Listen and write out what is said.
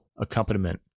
accompaniment